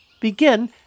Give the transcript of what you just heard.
Begin